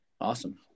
Awesome